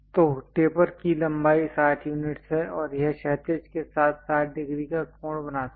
तो टेपर की लंबाई 60 यूनिट्स है और यह क्षैतिज के साथ 60 डिग्री का कोण बनाती है